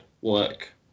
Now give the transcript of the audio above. work